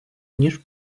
ніж